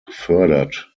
gefördert